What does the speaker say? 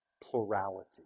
plurality